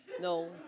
no